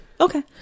Okay